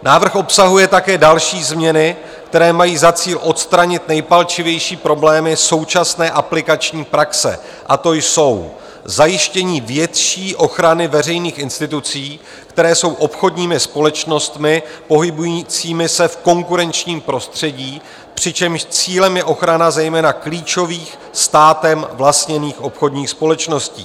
Návrh obsahuje také další změny, které mají za cíl odstranit nejpalčivější problémy současné aplikační praxe, a to jsou: zajištění větší ochrany veřejných institucí, které jsou obchodními společnostmi pohybujícími se v konkurenčním prostředí, přičemž cílem je ochrana zejména klíčových státem vlastněných obchodních společností.